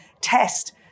test